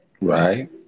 Right